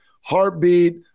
heartbeat